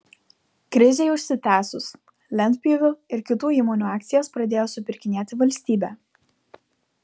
krizei užsitęsus lentpjūvių ir kitų įmonių akcijas pradėjo supirkinėti valstybė